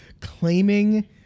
claiming